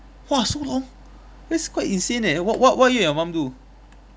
!whoa! so long that's quite insane leh what what what you and your mum do